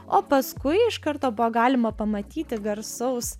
o paskui iš karto buvo galima pamatyti garsaus